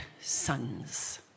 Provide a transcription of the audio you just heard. Sons